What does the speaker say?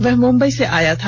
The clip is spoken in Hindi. वह मुंबई से आया था